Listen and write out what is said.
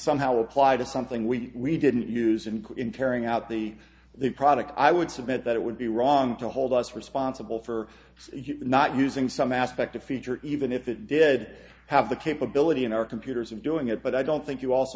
somehow apply to something we didn't use and go in carrying out the the product i would submit that it would be wrong to hold us responsible for not using some aspect of feature even if it did have the capability in our computers of doing it but i don't think you also